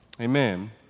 Amen